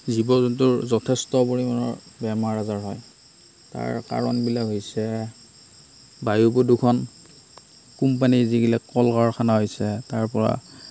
জীৱ জন্তুৰ যথেষ্ট পৰিমাণৰ বেমাৰ আজাৰ হয় তাৰ কাৰণবিলাক হৈছে বায়ু প্ৰদূষণ কোম্পানীৰ যিবিলাক কল কাৰখানা হৈছে তাৰ পৰা